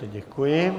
Děkuji.